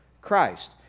Christ